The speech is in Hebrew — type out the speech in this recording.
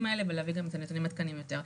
האלה ולהביא גם נתונים עדכניים יותר.